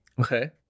okay